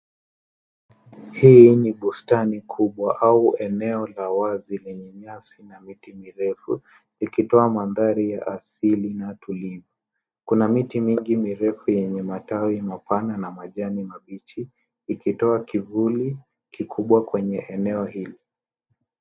Hii ni bustani kubwa au eneo la wazi lenye nyasi na miti mirefu likitoa mandhari ya asili na tuli. Kuna miti mingi mirefu yenye matawi mapana na majani mabichi ikitoa kivuli kikubwa kwenye eneo hili.